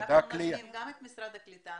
אנחנו נזמין גם את משרד הקליטה,